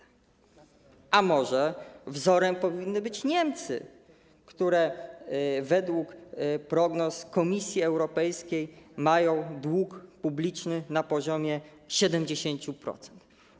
A może wzorem powinny być Niemcy, które według prognoz Komisji Europejskiej mają dług publiczny na poziomie 70%?